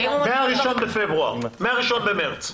מה-1 במרס.